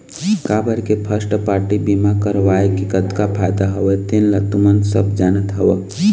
काबर के first party बीमा करवाय के कतका फायदा हवय तेन ल तुमन सब जानत हव